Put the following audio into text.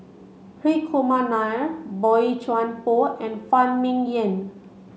Hri Kumar Nair Boey Chuan Poh and Phan Ming Yen